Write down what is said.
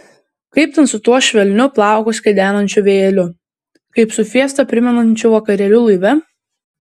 kaip ten su tuo švelniu plaukus kedenančiu vėjeliu kaip su fiestą primenančiu vakarėliu laive